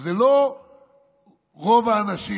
אז זה לא רוב האנשים,